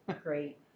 Great